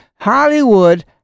Hollywood